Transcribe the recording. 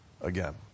again